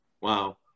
Wow